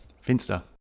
Finster